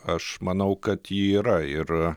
aš manau kad ji yra ir